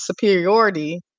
superiority